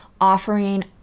offering